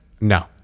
No